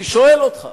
אני שואל אותך